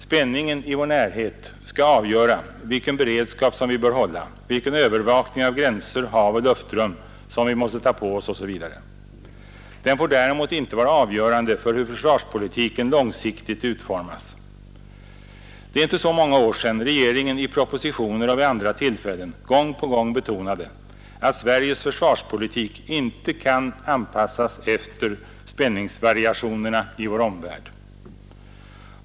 Spänningen i vår närhet skall avgöra vilken beredskap som vi bör hålla, vilken övervakning av gränser, hav och luftrum som vi måste ta på oss osv. Den får däremot inte vara avgörande för hur försvarspolitiken långsiktigt utformas. Det är inte så många år sedan regeringen i propositioner och vid andra tillfällen gång på gång betonade att Sveriges försvarspolitik inte kan anpassas efter spänningsvariationerna i vår omvärld.